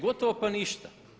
Gotovo pa ništa.